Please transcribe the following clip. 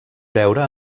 veure